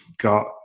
got